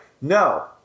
No